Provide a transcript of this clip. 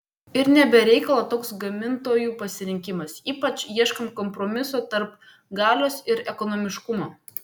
ir ne be reikalo toks gamintojų pasirinkimas ypač ieškant kompromiso tarp galios ir ekonomiškumo